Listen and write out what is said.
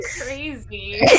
crazy